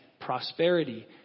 prosperity